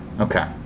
okay